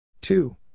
two